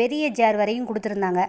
பெரிய ஜார் வரையும் கொடுத்துருந்தாங்க